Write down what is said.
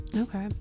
okay